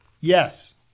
yes